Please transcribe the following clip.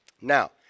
Now